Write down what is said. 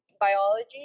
biology